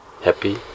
happy